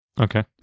Okay